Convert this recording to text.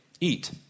eat